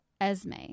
Esme